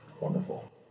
wonderful